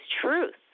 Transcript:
truth